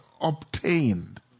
obtained